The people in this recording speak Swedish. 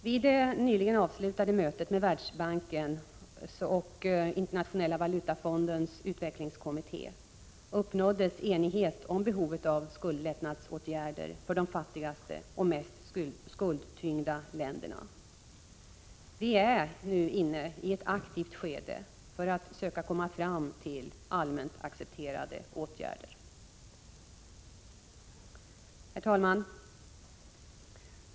Vid det nyligen avslutade mötet med Världsbanken och Internationella valutafondens utvecklingskommitté uppnåddes enighet om behovet av skuldlättnadsåtgärder för de fattigaste och mest skuldtyngda länderna. Vi är inne i ett aktivt skede för att söka komma fram till allmänt accepterade åtgärder. Herr talman!